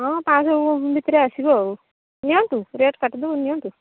ହଁ ପାଁଶ ଭିତରେ ଆସିବ ଆଉ ନିଅନ୍ତୁ ରେଟ୍ କାଟିଦେବ ନିଅନ୍ତୁ